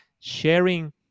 sharing